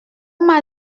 m’a